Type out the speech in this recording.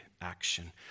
action